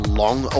long